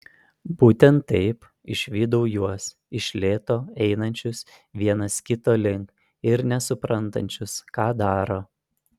būtent taip išvydau juos iš lėto einančius vienas kito link ir nesuprantančius ką daro